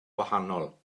wahanol